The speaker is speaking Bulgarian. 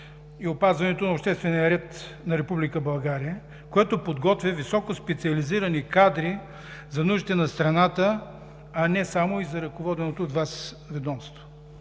и опазването на обществения ред на Република България, което подготвя високоспециализирани кадри за нуждите на страната, а не само и за ръководеното от Вас ведомство.